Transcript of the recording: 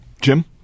Jim